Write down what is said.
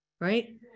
Right